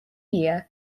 year